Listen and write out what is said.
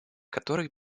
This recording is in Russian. которой